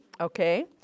okay